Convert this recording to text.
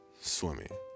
swimming